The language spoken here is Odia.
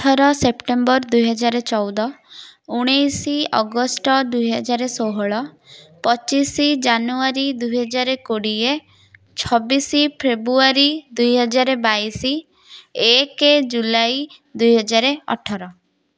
ଅଠର ସେପ୍ଟେମ୍ବର ଦୁଇ ହଜାର ଚଉଦ ଉଣେଇଶି ଅଗଷ୍ଟ ଦୁଇ ହଜାର ଷୋହଳ ପଚିଶି ଜାନୁଆରୀ ଦୁଇହଜାର କୋଡ଼ିଏ ଛବିଶି ଫେବୃଆରି ଦୁଇ ହଜାର ବାଇଶି ଏକ ଜୁଲାଇ ଦୁଇ ହଜାର ଅଠର